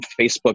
Facebook